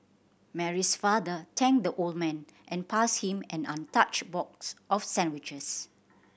Mary's father thanked the old man and passed him an untouched box of sandwiches